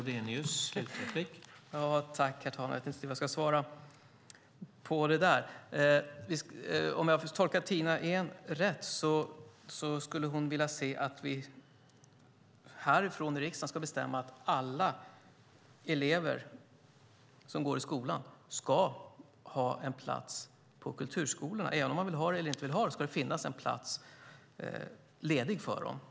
Herr talman! Jag vet inte riktigt vad jag ska svara på detta. Om jag tolkar Tina Ehn rätt vill hon se att vi härifrån riksdagen ska bestämma att alla elever som går i skolan ska ha en plats i kulturskolan. Oavsett om de vill ha det eller inte ska det finnas en plats ledig för dem.